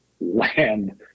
land